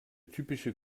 typische